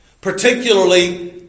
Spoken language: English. particularly